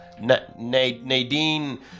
Nadine